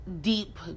deep